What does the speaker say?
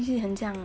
是很将